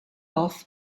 off